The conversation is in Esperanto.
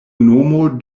nomo